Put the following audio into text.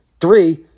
Three